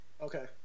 Okay